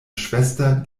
schwester